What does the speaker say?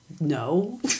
no